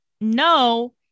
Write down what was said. no